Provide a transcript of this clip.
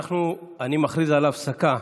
אני מכריז על הפסקה